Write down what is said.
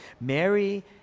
Mary